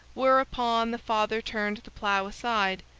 whereupon the father turned the plough aside,